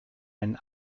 einen